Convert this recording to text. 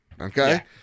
okay